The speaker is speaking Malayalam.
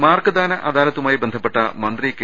മാർക്ക് ദാന അദാലത്തു മായി ബന്ധ പ്പെട്ട മന്തി കെ